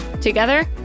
Together